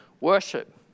worship